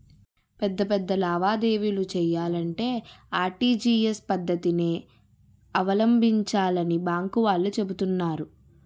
పెద్ద పెద్ద లావాదేవీలు చెయ్యాలంటే ఆర్.టి.జి.ఎస్ పద్దతినే అవలంబించాలని బాంకు వాళ్ళు చెబుతున్నారు